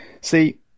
See